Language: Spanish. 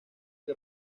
que